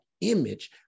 image